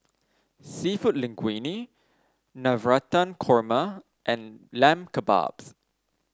seafood Linguine Navratan Korma and Lamb Kebabs